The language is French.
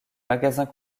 magasins